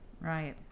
Right